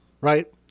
right